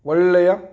ಒಳ್ಳೆಯ